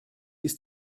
ist